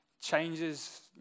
changes